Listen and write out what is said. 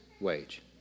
wage